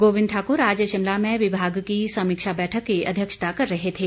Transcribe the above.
गोविंद ठाकर आज शिमला में विभाग की समीक्षा बैठक की अध्यक्षता कर रहे थे